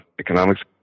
economics